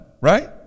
right